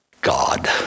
God